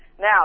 now